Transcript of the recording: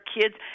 kids